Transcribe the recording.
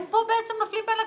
הם פה נופלים בין הכיסאות,